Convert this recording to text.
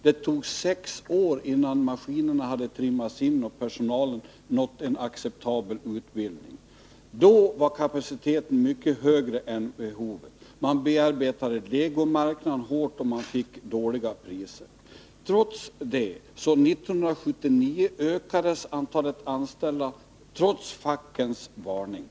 Det tog sex år innan maskinerna hade trimmats in och personalen nått ep acceptabel utbildning. Då var kapaciteten mycket högre än behovet. Man bearbetade legomarknaden hårt, och man fick dåliga priser. Trots det ökades antalet anställda år 1979 mot fackets varning.